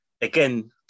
again